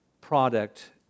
product